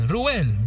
Ruel